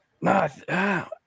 No